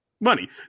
money